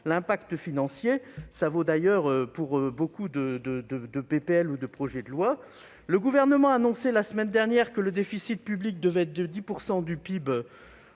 l'impact financier. Ce constat vaut d'ailleurs pour beaucoup de proposition de loi ou de projets de loi. Le Gouvernement a annoncé la semaine dernière que le déficit public devrait être de 10 % du PIB